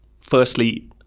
firstly